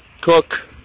Cook